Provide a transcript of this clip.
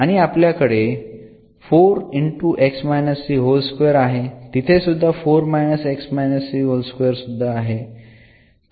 आणि आपल्याकडे आहे तिथे सुद्धा आहे